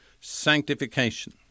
sanctification